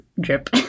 Drip